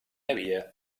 havia